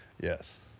Yes